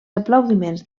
aplaudiments